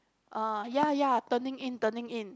uh ya ya turning in turning in